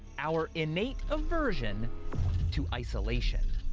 our innate aversion to isolation.